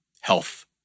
health